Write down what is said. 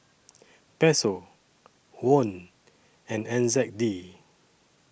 Peso Won and N Z D